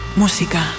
música